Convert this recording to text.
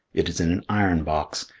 it is in an iron box.